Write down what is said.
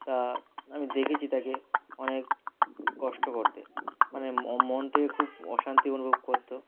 তা আমি দেখেছি তাকে অনেক কষ্ট করতে মানে ম মন থেকে খুব অশান্তি অনুভব করতো